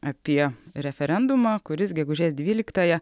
apie referendumą kuris gegužės dvyliktąją